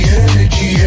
energy